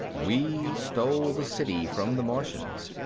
we stole the city from the martians.